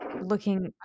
looking